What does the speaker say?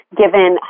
given